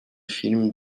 films